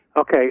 Okay